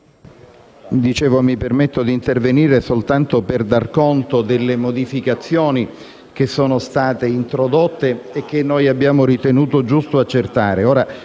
mi permetto d'intervenire soltanto per dar conto delle modificazioni che sono state introdotte e che noi abbiamo ritenuto giusto accertare.